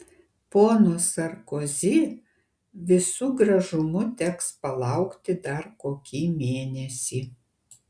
pono sarkozi visu gražumu teks palaukti dar kokį mėnesį